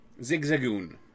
Zigzagoon